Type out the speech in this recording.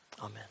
Amen